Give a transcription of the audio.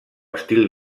estil